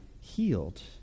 healed